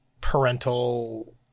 parental